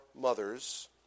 mothers